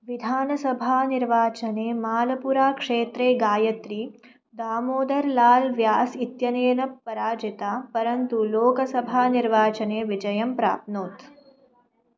विधानसभानिर्वाचने मालपुराक्षेत्रे गायत्री दामोदर्लाल् व्यास् इत्यनेन पराजिता परन्तु लोकसभानिर्वाचने विजयं प्राप्नोत्